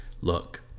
Look